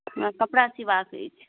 हमरा कपड़ा सियबाक अछि